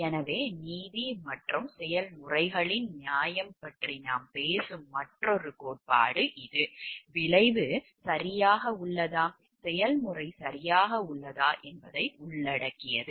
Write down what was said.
எனவே நீதி மற்றும் செயல்முறைகளின் நியாயம் பற்றி நாம் பேசும் மற்றொரு கோட்பாடு இது விளைவு சரியாக உள்ளதா செயல்முறை சரியாக உள்ளதா என்பதை உள்ளடக்கியது